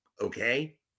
Okay